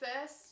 first